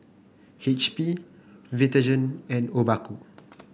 H P Vitagen and Obaku